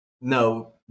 No